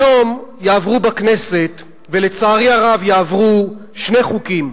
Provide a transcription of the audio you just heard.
היום יעברו בכנסת, ולצערי הרב יעברו, שני חוקים: